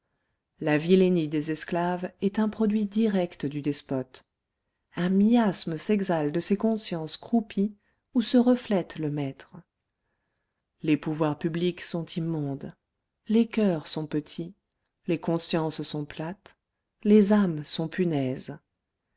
la vilenie des esclaves est un produit direct du despote un miasme s'exhale de ces consciences croupies où se reflète le maître les pouvoirs publics sont immondes les coeurs sont petits les consciences sont plates les âmes sont punaises